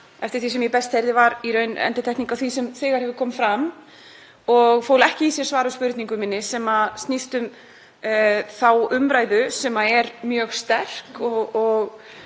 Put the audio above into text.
eftir því sem ég best heyrði var í raun endurtekning á því sem þegar hefur komið fram og fól ekki í sér svar við spurningu minni sem snýst um þá umræðu sem er mjög sterk og